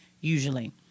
usually